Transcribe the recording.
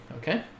okay